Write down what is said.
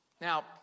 Now